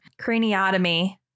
Craniotomy